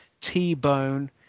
T-Bone